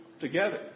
together